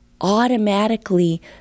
automatically